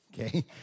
okay